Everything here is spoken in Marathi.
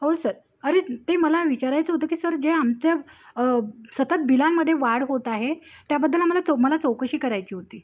हो सर अरे ते मला विचारायचं होतं की सर जे आमच्या सतत बिलामध्ये वाढ होत आहे त्याबद्दल आम्हाला चौ मला चौकशी करायची होती